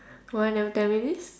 why never tell me this